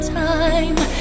time